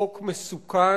חוק מסוכן,